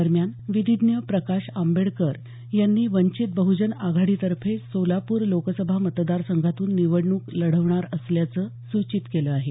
दरम्यान विधीज्ञ प्रकाश आंबेडकर यांनी वंचित बहजन आघाडीतर्फे सोलापूर लोकसभा मतदारसंघातून निवडणूक लढवणार असल्याचं सूचित केलं आहे